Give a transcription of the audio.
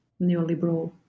neoliberal